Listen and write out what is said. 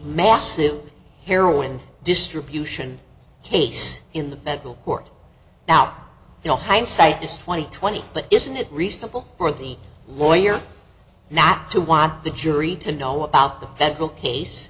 massive heroin distribution case in the federal court now you know hindsight is twenty twenty but isn't it reasonable for the lawyer now to want the jury to know about the federal case